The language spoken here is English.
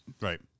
Right